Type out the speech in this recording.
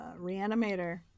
reanimator